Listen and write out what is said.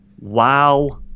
Wow